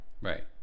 right